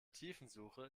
tiefensuche